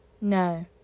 no